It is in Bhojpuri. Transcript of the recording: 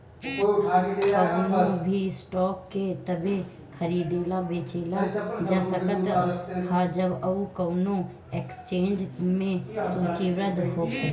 कवनो भी स्टॉक के तबे खरीदल बेचल जा सकत ह जब उ कवनो एक्सचेंज में सूचीबद्ध होखे